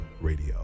Radio